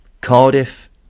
Cardiff